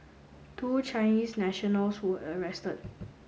two Chinese nationals were arrested